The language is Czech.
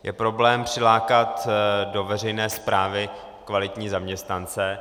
Je problém přilákat do veřejné správy kvalitní zaměstnance.